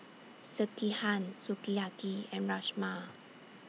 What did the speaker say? Sekihan Sukiyaki and Rajma